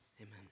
Amen